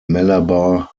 malabar